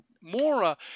Mora